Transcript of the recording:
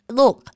look